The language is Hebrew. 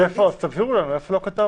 אז תבהירו לנו איפה לא כתבנו.